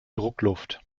druckluft